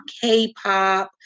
K-pop